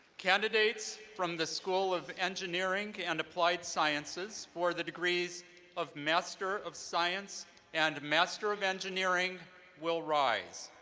candidates from the school of engineering and applied sciences for the degrees of master of science and master of engineering will rise.